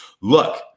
look